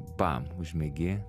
bam užmiegi